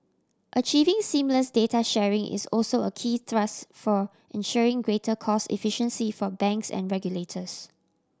achieving seamless data sharing is also a key thrust for ensuring greater cost efficiency for banks and regulators